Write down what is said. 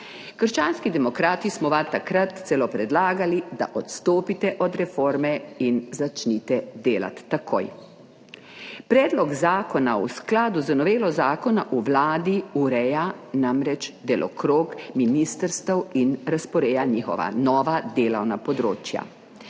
Krščanski demokrati smo vas takrat celo predlagali, da odstopite od reforme in začnite delati takoj. Predlog zakona v skladu z novelo Zakona o vladi ureja namreč delokrog ministrstev in razporeja njihova nova delovna področja.